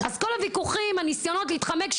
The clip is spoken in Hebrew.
אז כל הוויכוחים, הניסיונות להתחמק.